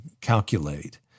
calculate